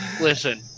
Listen